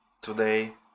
today